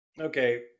okay